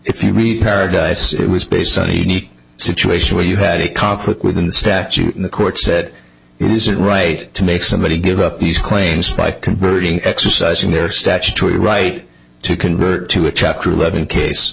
if you read paradise it was based on a neat situation where you had a conflict within the statute the court said it isn't right to make somebody give up these claims by converting exercising their statutory right to convert to a chapter eleven case